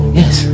yes